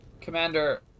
Commander